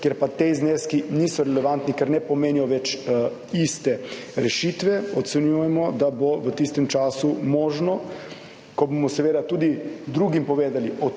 kjer pa ti zneski niso relevantni, ker ne pomenijo več iste rešitve. Ocenjujemo, da bo v tistem času možno, ko bomo seveda tudi drugim povedali,